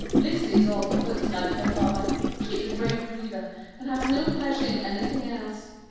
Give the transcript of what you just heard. lizzy is all for books, like her father. she is a great reader and has no pleasure in anything else.